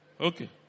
Okay